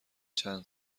چند